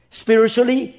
spiritually